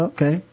Okay